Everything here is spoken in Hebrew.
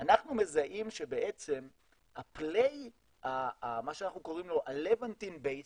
אנחנו מזהים שבעצם מה שאנחנו קוראים לו ה-Levantine basin הוא,